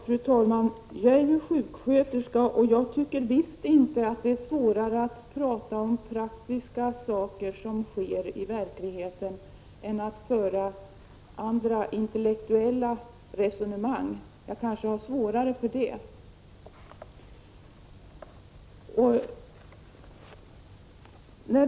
Fru talman! Jag är själv sjuksköterska. Jag tycker visst inte att det är svårare att tala om praktiska saker som sker i verkligheten än att föra intellektuella resonemang. Jag kanske har svårare att göra det senare.